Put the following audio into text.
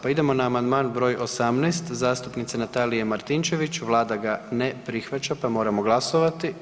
Pa idemo na Amandman broj 18. zastupnice Natalije Martinčević, Vlada ga ne prihvaća pa moramo glasovati.